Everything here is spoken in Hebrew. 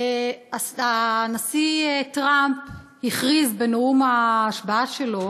הנשיא טראמפ הכריז בנאום ההשבעה שלו